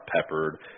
peppered